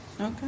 Okay